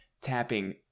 tapping